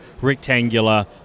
rectangular